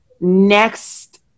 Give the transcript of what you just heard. next